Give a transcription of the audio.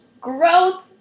growth